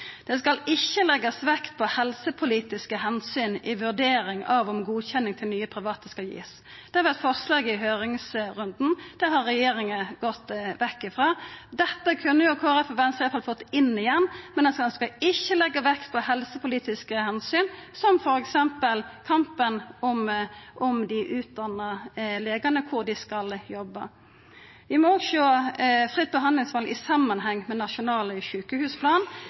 Det skal ikkje leggjast vekt på helsepolitiske omsyn i vurderinga av om ein skal gi godkjenning til nye private tilbod. Det har vore eit forslag i høyringsrunden. Det har regjeringa gått vekk frå. Dette kunne Kristeleg Folkeparti og Venstre i alle fall fått inn igjen, men ein skal altså ikkje leggja vekt på helsepolitiske omsyn som f.eks. kampen om dei utdanna legane og kor dei skal jobba. Vi må sjå fritt behandlingsval i samanheng med Nasjonal sjukehusplan.